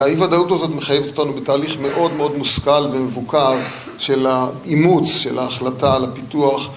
האי ודאות הזאת מחייבת אותנו בתהליך מאוד מאוד מושכל ומבוקר של האימוץ, של ההחלטה על הפיתוח.